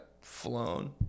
flown